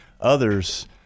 others